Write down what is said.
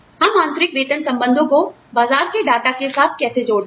हम आंतरिक वेतन संबंधों को बाजार के डाटा के साथ कैसे जोड़ते हैं